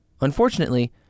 Unfortunately